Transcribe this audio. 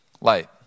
light